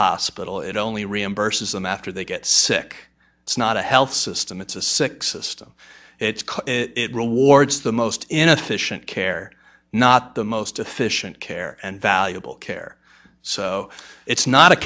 hospital it only reimburses them after they get sick it's not a health system it's a sick system it's a war it's the most inefficient care not the most efficient care and valuable care so it's not a